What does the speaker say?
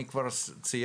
אני כבר ציינתי,